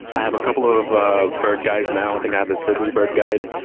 i have a couple of ah bird guides now. i think i have a sibley bird guide,